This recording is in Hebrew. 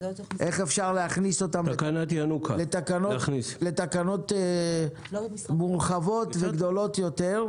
איך אפשר להכניס אותם לתקנות מורחבות וגדולות יותר?